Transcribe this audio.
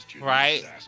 Right